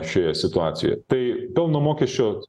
šioje situacijoje tai pelno mokesčio